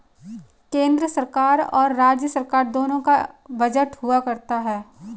केन्द्र सरकार और राज्य सरकार दोनों का बजट हुआ करता है